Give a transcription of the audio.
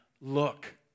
Look